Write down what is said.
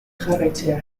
jarraitzea